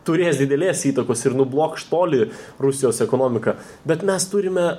turės didelės įtakos ir nublokš toli rusijos ekonomiką bet mes turime